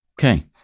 Okay